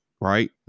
right